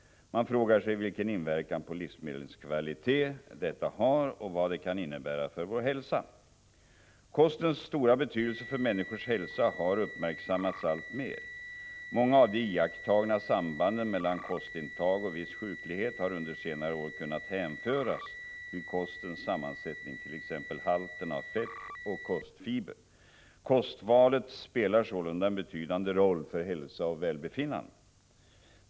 Man frågar sig vilken inverkan på livsmedlens kvalitet detta har och vad det kan innebära för vår hälsa. Kostens stora betydelse för människors hälsa har uppmärksammats alltmer. Många av de iakttagna sambanden mellan kostintag och viss sjuklighet har under senare år kunnat hänföras till kostens sammansättning, t.ex. halten av fett och kostfiber. Kostvalet spelar sålunda en betydande roll för hälsa och välbefinnande.